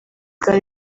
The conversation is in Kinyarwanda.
bwa